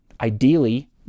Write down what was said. ideally